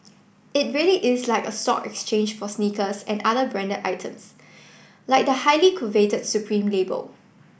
it really is like a stock exchange for sneakers and other branded items like the highly coveted supreme label